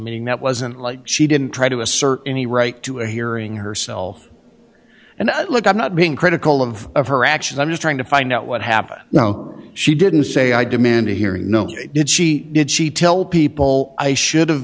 meeting that wasn't like she didn't try to assert any right to a hearing herself and look i'm not being critical of her actions i'm just trying to find out what happened now she didn't say i demand a hearing no did she did she tell people i should